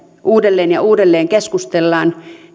uudelleen ja uudelleen keskustellaan